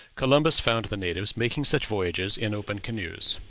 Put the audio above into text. columbus found the natives making such voyages in open canoes.